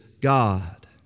God